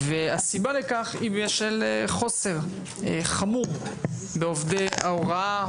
והסיבה לכך שהיא בשל חוסר חמור בעובדי ההוראה,